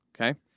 Okay